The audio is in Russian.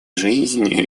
жизнью